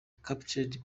captured